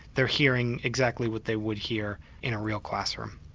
they're hearing exactly what they would hear in a real classroom.